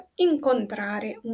incontrare